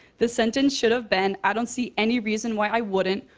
the sentence should've been, i don't see any reason why i wouldn't,